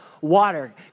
water